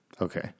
Okay